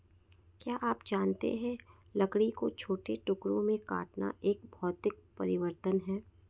क्या आप जानते है लकड़ी को छोटे टुकड़ों में काटना एक भौतिक परिवर्तन है?